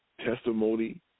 testimony